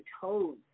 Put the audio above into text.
toes